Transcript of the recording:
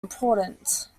important